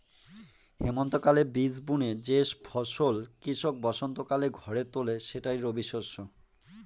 হেমন্তকালে বীজ বুনে যে ফসল কৃষক বসন্তকালে ঘরে তোলে সেটাই রবিশস্য